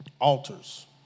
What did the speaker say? altars